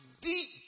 deep